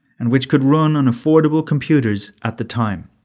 and which could run on affordable computers at the time.